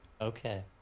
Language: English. Okay